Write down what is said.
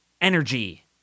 energy